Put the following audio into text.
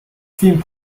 theme